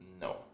No